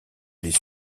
les